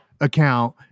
account